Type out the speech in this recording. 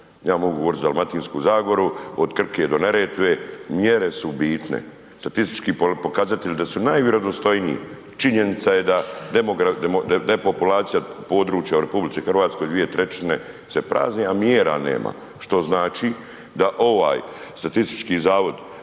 Ja mogu govoriti za Dalmatinsku zagoru od Krke do Neretve, mjere su bitne, statistički pokazatelji da su najvjerodostojniji, činjenica je da depopulacija područja u RH 2/3 se prazni a mjera nema što znači da ovaj statistički zavod